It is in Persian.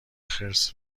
خرس